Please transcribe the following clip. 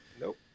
nope